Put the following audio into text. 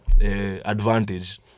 advantage